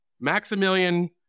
Maximilian